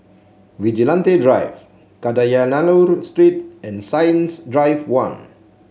Vigilante Drive Kadayanallur Street and Science Drive One